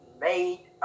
made